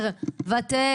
מראש תוותר, תוותר.